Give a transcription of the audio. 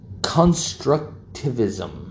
constructivism